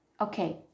Okay